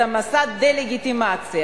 את מסע הדה-לגיטימציה.